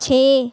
ਛੇ